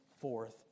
forth